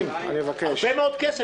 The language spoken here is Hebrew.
אני פחות אשמח.